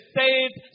saved